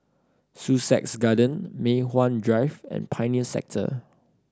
Sussex Garden Mei Hwan Drive and Pioneer Sector